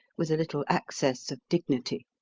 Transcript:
with a little access of dignity.